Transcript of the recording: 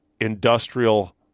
industrial